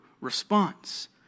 response